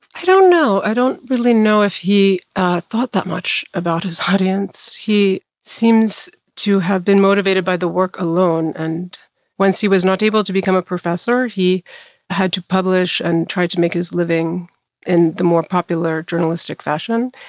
i don't know. i don't really know if he thought that much about his audience. he seems to have been motivated by the work alone. and once he was not able to become a professor, he had to publish, and tried to make his living in the more popular journalistic fashion.